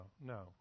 no